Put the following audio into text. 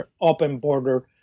open-border